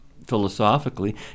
philosophically